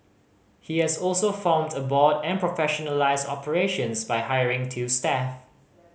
he has also formed a board and professionalised operations by hiring two staff